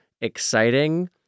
exciting